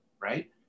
right